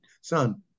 son